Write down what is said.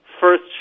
first